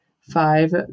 Five